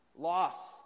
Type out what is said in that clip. Loss